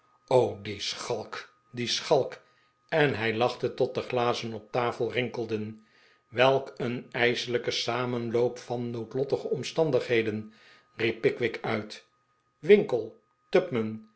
die schalk die schalk en hij lachte tot de glazen op de tafel rinkelden welk een ijselijke samenloop van noodlottige omstandigheden riep pickwick uit winkle